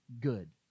good